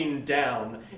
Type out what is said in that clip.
down